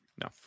No